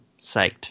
psyched